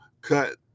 cut